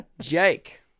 Jake